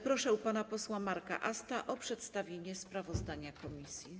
Proszę pana posła Marka Asta o przedstawienie sprawozdania komisji.